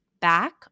back